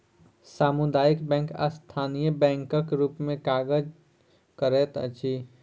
सामुदायिक बैंक स्थानीय बैंकक रूप मे काज करैत अछि